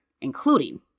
including